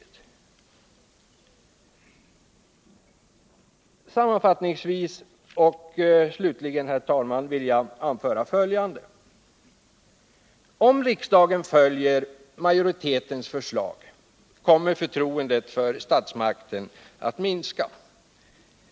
Slutligen och sammanfattningsvis, herr talman, vill jag anföra följande: Om riksdagen följer majoritetens förslag, kommer förtroendet för statsmakterna att minska.